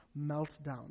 meltdown